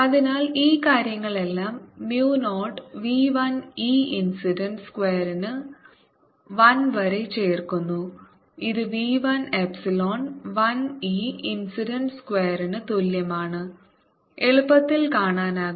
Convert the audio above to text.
അതിനാൽ ഈ കാര്യങ്ങളെല്ലാം mu 0 v 1 e ഇൻസിഡന്റ് സ്ക്വയർന് 1 വരെ ചേർക്കുന്നു ഇത് v 1 epsilon 1 e incident square ന് തുല്യമാണ് എളുപ്പത്തിൽ കാണാനാകും